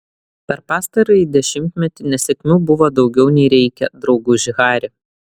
per pastarąjį dešimtmetį nesėkmių buvo daugiau nei reikia drauguži hari